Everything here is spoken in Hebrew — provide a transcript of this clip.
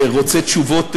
רוצה תשובות,